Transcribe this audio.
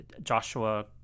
Joshua